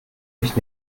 ich